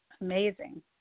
amazing